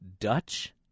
Dutch